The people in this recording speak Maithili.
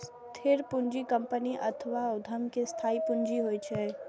स्थिर पूंजी कंपनी अथवा उद्यम के स्थायी पूंजी होइ छै